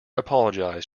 apologised